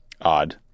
odd